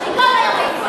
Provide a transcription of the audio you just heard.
אני כל היום הייתי במליאה.